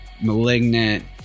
malignant